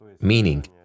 Meaning